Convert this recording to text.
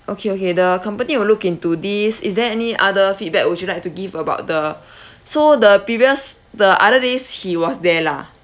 okay okay the company will look into this is there any other feedback would you like to give about the so the previous the other days he was there lah